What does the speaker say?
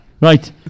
Right